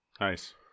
Nice